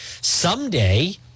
someday